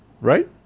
right